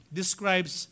describes